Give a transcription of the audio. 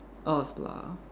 us lah